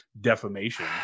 defamation